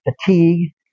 fatigue